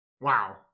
Wow